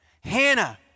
Hannah